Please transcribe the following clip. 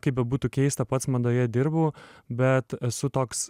kaip bebūtų keista pats madoje dirbu bet esu toks